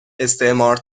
استعمار